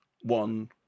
one